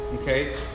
okay